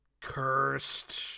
cursed